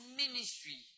ministry